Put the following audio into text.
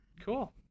cool